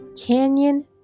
canyon